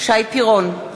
שי פירון,